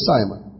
Simon